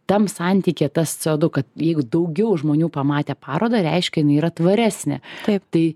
tam santykyje tas co du kad jeigu daugiau žmonių pamatė parodą reiškia jinai yra tvaresnė taip tai